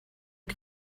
und